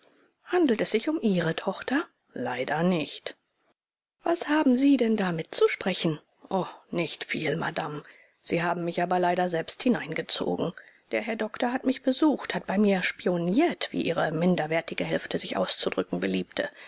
handelt es sich um ihre tochter leider nicht was haben sie denn da mitzusprechen oh nicht viel madame sie haben mich aber leider selbst hineingezogen der herr doktor hat mich besucht hat bei mir spioniert wie ihre minderwertige hälfte sich auszudrücken beliebte